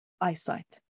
eyesight